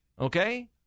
Okay